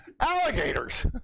alligators